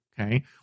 okay